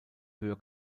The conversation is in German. höher